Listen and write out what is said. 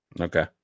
Okay